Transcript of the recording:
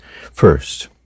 First